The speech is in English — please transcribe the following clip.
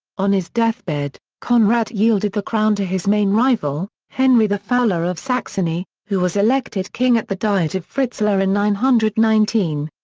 on his deathbed, conrad yielded the crown to his main rival, henry the fowler of saxony, who was elected king at the diet of fritzlar in nine hundred and nineteen.